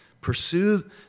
pursue